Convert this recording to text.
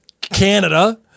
Canada